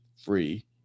free